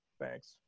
Thanks